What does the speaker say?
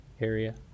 area